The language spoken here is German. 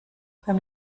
beim